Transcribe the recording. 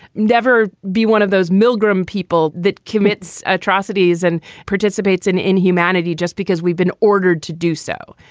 never be one of those milgrim people that commits atrocities and participates in inhumanity just because we've been ordered to do so.